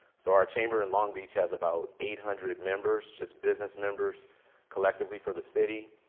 so our chamber in long beach has about eight hundred members, just business members collectively for the city.